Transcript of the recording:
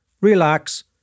relax